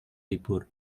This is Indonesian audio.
libur